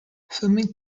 filming